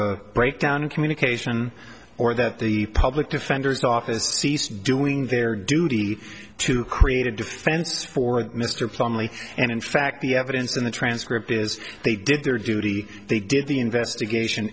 a breakdown in communication or that the public defender's office cease doing their duty to create a defense for mr plumlee and in fact the evidence in the transcript is they did their duty they did the investigation